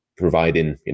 providing